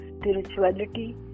spirituality